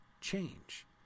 change